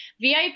VIP